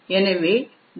எனவே ஜி